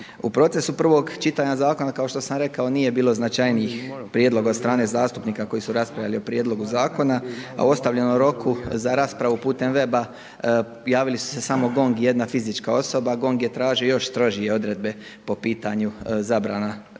U procesu prvog čitanja zakona kao što sam rekao nije bilo značajnijih prijedloga od strane zastupnika koji su raspravljali o prijedlogu zakona, a u ostavljenom roku za raspravu putem web-a javili su se samo GONG i jedna fizička osoba. GONG je tražio još strožije odredbe po pitanju zabrana